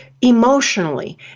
emotionally